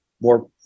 more